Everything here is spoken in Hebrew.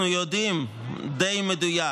אנחנו יודעים די במדויק